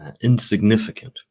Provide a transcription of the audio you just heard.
insignificant